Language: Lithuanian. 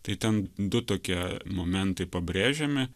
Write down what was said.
tai ten du tokie momentai pabrėžiami